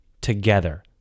together